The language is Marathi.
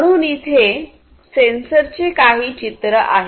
म्हणून इथे सेन्सरचे काही चित्रे आहेत